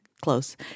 close